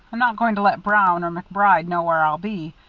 i'm not going to let brown or macbride know where i'll be.